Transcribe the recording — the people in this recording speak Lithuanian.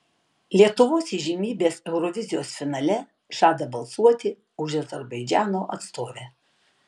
lietuvos įžymybės eurovizijos finale žada balsuoti už azerbaidžano atstovę